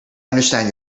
understand